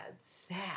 sad